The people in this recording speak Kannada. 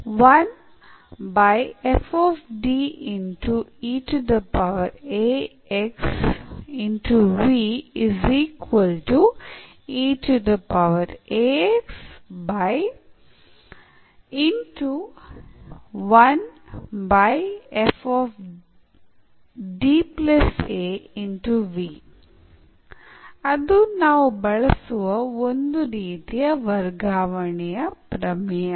ಆದ್ದರಿಂದ ಅದು ನಾವು ಬಳಸುವ ಒಂದು ರೀತಿಯ ವರ್ಗಾವಣೆ ಪ್ರಮೇಯ